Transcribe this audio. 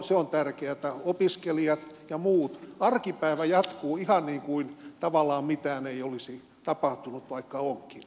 se on tärkeää että arkipäivä jatkuu ihan niin kuin tavallaan mitään ei olisi tapahtunut vaikka onkin